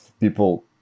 people